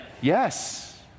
Yes